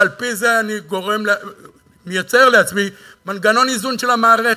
ועל-פי זה אני מייצר לעצמי מנגנון איזון של המערכת.